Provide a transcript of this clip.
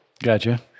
Gotcha